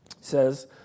says